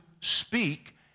speak